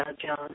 John